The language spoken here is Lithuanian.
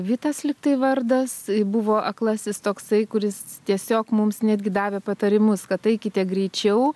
vitas lyg tai vardas buvo aklasis toksai kuris tiesiog mums netgi davė patarimus kad eikite greičiau